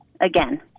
Again